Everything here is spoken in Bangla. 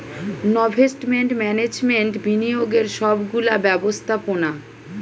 নভেস্টমেন্ট ম্যানেজমেন্ট বিনিয়োগের সব গুলা ব্যবস্থাপোনা